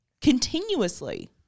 continuously